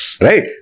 Right